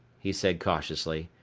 he said cautiously,